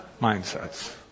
mindsets